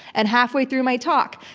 and halfway through my talk,